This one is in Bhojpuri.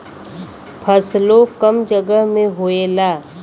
फसलो कम जगह मे होएला